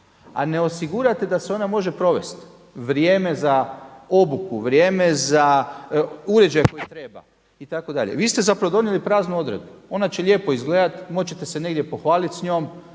a ne osigurate da se ona može provesti vrijeme za obuku, vrijeme za uređaje koje treba, vi ste zapravo donijeli praznu odredbu. Ona će lijepo izgledati, moći ćete se negdje pohvaliti s njom,